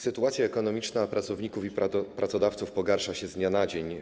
Sytuacja ekonomiczna pracowników i pracodawców pogarsza się z dnia na dzień.